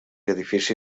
edifici